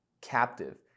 captive